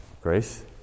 Grace